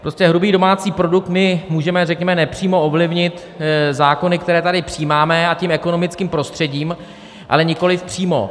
Prostě hrubý domácí produkt můžeme nepřímo ovlivnit zákony, které tady přijímáme, a tím ekonomickým prostředím, ale nikoli přímo.